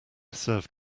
served